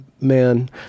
man